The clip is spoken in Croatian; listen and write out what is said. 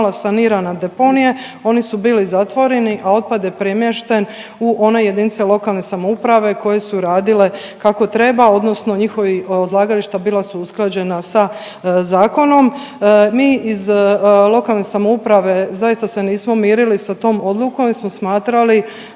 sanirana deponije, oni su bili zatvoreni, a otpad je premješten u one jedinice lokalne samouprave koje su radile kako treba, odnosno njihovi odlagališta bila su usklađena sa zakonom. Mi iz lokalne samouprave zaista se nismo mirili sa tom odlukom jer smo smatrali